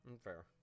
Fair